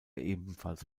ebenfalls